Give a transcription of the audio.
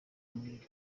bari